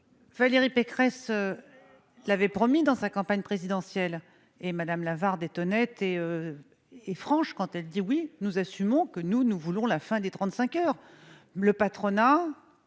Valérie Pécresse l'avait promis dans sa campagne présidentielle, et Mme Lavarde est honnête et franche quand elle assume vouloir la fin des 35 heures. Le patronat